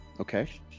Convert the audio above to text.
okay